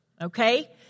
okay